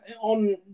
on